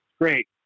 great